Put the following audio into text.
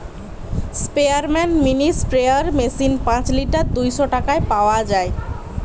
স্পেয়ারম্যান mini sprayer machine পাঁচ litre দুইশ টাকায় পাওয়া যায়